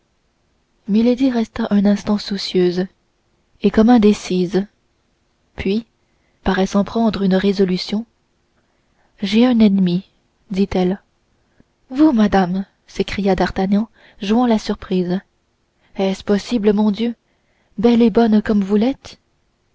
milady resta un instant soucieuse et comme indécise puis paraissant prendre une résolution j'ai un ennemi dit-elle vous madame s'écria d'artagnan jouant la surprise est-ce possible mon dieu belle et bonne comme vous l'êtes